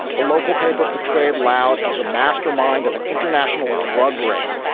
the local paper portrayed loud as the mastermind of an international drug ring.